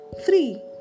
Three